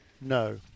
no